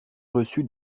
reçu